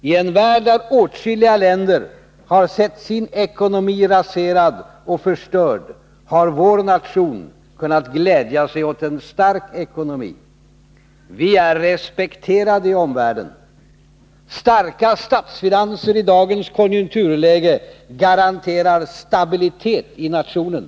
I en värld där åtskilliga länder har sett sin ekonomi raserad och förstörd har vår nation kunnat glädja sig åt en stark ekonomi. Vi är respekterade i omvärlden. Starka statsfinanser i dagens konjunkturläge garanterar stabilitet i nationen.